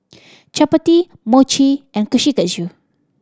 Chapati Mochi and Kushikatsu